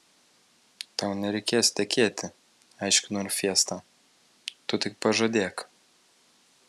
tau nereikės tekėti aiškino ir fiesta tu tik pažadėk